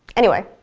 anyway,